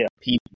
people